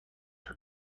her